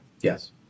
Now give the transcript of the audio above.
yes